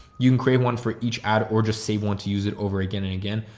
you can create one for each ad or just save one to use it over again. and again.